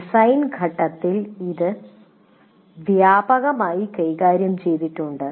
design ഘട്ടത്തിൽ ഇത് വ്യാപകമായി കൈകാര്യം ചെയ്തിട്ടുണ്ട്